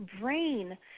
brain